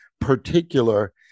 particular